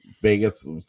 vegas